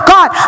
God